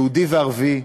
יהודי וערבי,